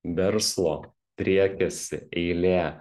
verslo driekiasi eilė